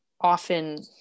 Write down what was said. often